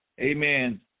Amen